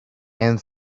and